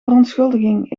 verontschuldiging